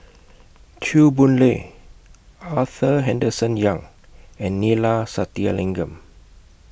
Chew Boon Lay Arthur Henderson Young and Neila Sathyalingam